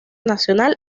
nacional